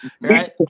right